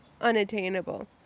unattainable